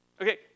Okay